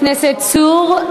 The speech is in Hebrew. תודה, חבר הכנסת צור.